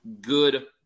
good